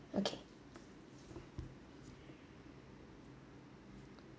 okay